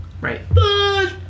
right